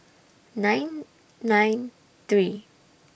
nine nine three